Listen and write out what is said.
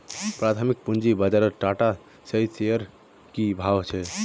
प्राथमिक पूंजी बाजारत टाटा शेयर्सेर की भाव छ